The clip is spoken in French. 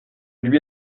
lui